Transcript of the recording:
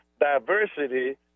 diversity